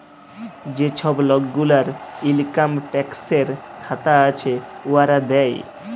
যে ছব লক গুলার ইলকাম ট্যাক্সের খাতা আছে, উয়ারা দেয়